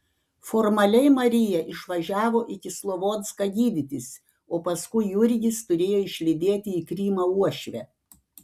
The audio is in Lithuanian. formaliai marija išvažiavo į kislovodską gydytis o paskui jurgis turėjo išlydėti į krymą uošvę